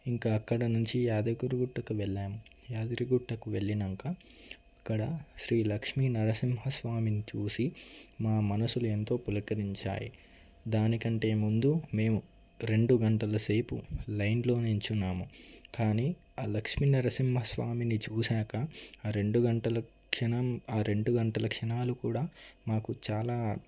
ఇంక అక్కడ నుంచి యాదగిరి గుట్టకు వెళ్ళాము యాదగిరి గుట్టకు వెళ్లినాక అక్కడ శ్రీ లక్ష్మి నరసింహ స్వామిని చూసి మా మనసులు ఎంతో పులకరించాయి దాని కంటే ముందు మేము రెండు గంటల సేపు లైన్లో నిలుచున్నాము కానీ ఆ లక్ష్మి నరసింగ స్వామిని చూసాక రెండు గంటలు క్షణం ఆ రెండు గంటలు క్షణాలు కూడా మాకు చాలా